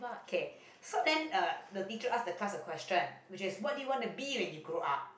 okay so then uh the teacher ask the class a question which is what do you want to be when you grow up